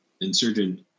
insurgent